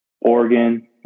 Oregon